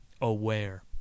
Aware